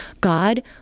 God